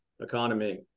economy